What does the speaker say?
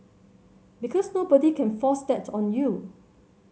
because nobody can force that on you